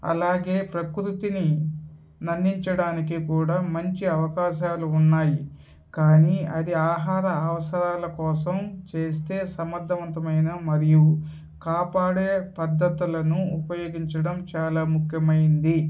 అలాగే ప్రకృతిని అందించడానికి కూడా మంచి అవకాశాలు ఉన్నాయి కానీ అది ఆహార అవసరాల కోసం చేస్తే సమర్థవంతమైన మరియు కాపాడే పద్ధతులను ఉపయోగించడం చాలా ముఖ్యమైంది